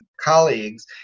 colleagues